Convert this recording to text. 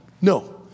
no